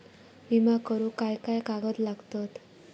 विमा करुक काय काय कागद लागतत?